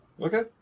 Okay